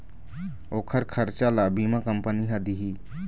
ओखर खरचा ल बीमा कंपनी ह दिही